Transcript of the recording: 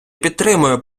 підтримую